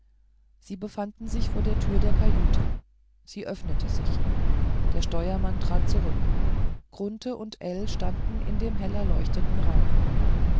und befanden sich vor der tür der kajüte sie öffnete sich der steuermann trat zurück grunthe und ell standen in dem hellerleuchteten raum